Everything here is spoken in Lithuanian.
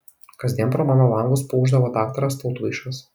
kasdien pro mano langus pūkšdavo daktaras tautvaišas